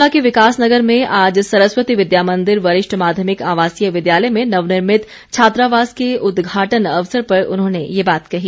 शिमला के विकास नगर में आज सरस्वती विद्या मंदिर वरिष्ठ माध्यमिक आवासीय विद्यालय में नवनिर्मित छात्रावास के उदघाटन अवसर पर उन्होंने ये बात कही